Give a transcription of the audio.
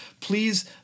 Please